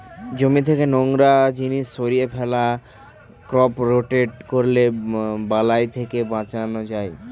জমি থেকে নোংরা জিনিস সরিয়ে ফেলা, ক্রপ রোটেট করলে বালাই থেকে বাঁচান যায়